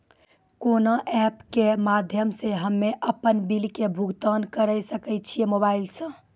कोना ऐप्स के माध्यम से हम्मे अपन बिल के भुगतान करऽ सके छी मोबाइल से?